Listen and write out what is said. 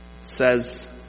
says